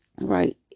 right